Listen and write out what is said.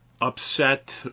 upset